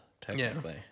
technically